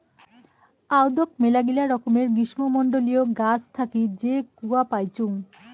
আদৌক মেলাগিলা রকমের গ্রীষ্মমন্ডলীয় গাছ থাকি যে কূয়া পাইচুঙ